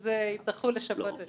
אז הצטרכו לשנות את זה.